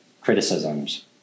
criticisms